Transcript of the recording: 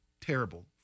terrible